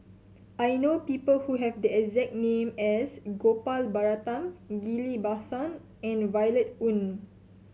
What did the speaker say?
I know people who have the exact name as Gopal Baratham Ghillie Basan and Violet Oon